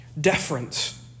Deference